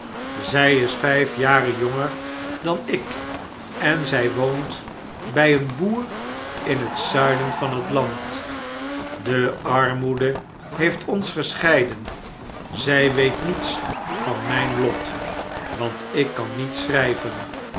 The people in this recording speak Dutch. zjj is vijf jaren jonger dan ik en zg woont bjj een boer in het zuiden van het land de armoede heeft ons gescheiden zjj weet niets van mijn lot want ik kan niet schrijven